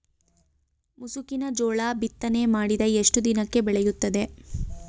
ಮುಸುಕಿನ ಜೋಳ ಬಿತ್ತನೆ ಮಾಡಿದ ಎಷ್ಟು ದಿನಕ್ಕೆ ಬೆಳೆಯುತ್ತದೆ?